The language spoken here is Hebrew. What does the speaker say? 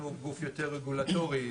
אנחנו גוף יותר רגולטורי,